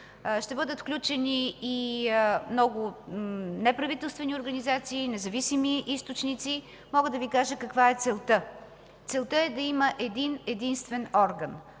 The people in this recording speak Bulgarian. Ще бъдат включени и много неправителствени организации, независими източници. Мога да Ви кажа каква е целта: целта е да има един-единствен орган,